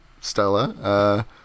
Stella